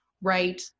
right